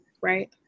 Right